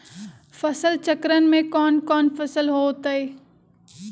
फसल चक्रण में कौन कौन फसल हो ताई?